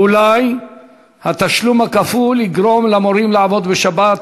אולי התשלום הכפול יגרום למורים לעבוד בשבת,